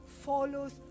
Follows